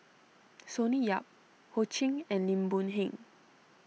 Sonny Yap Ho Ching and Lim Boon Heng